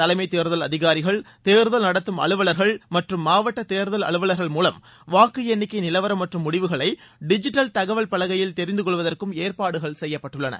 தலைமத் தேர்தல் அதிகாரிகள் தேர்தல் நடத்தும் அலுவலர்கள் மற்றும் மாவட்ட தேர்தல் அலுவலர்கள் மூலம் வாக்கு எண்ணிக்கை நிலவரம் மற்றும் முடிவுகளை டிஜிட்டல் தகவல் பலகையில் தெரிந்து கொள்வதற்கும் ஏற்பாடுகள் செய்யப்பட்டுள்ளன